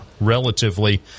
relatively